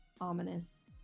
ominous